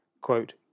quote